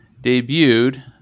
debuted